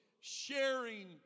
sharing